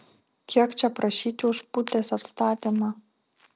kiek čia prašyti už putės atstatymą